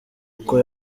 uko